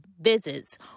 visits